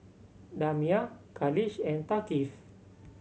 Damia Khalish and Thaqif